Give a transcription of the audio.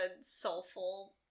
soulful